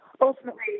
ultimately